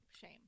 shame